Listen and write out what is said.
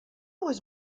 was